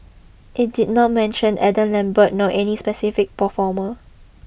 it did not mention Adam Lambert nor any specific performer